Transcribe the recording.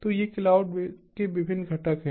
तो ये क्लाउड के विभिन्न घटक हैं